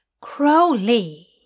Crowley